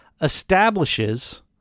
establishes